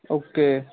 okay